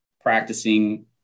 practicing